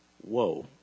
Whoa